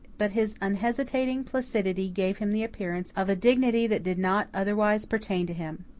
but his unhesitating placidity gave him the appearance of a dignity that did not otherwise pertain to him.